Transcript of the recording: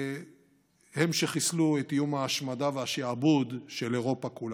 והיא שחיסלה את איום ההשמדה והשעבוד של אירופה כולה.